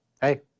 Hey